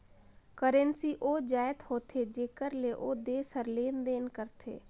currency ओ जाएत होथे जेकर ले ओ देस हर लेन देन करथे